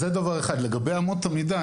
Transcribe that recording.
לגבי אמות המידה,